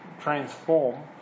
transform